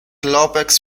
lópez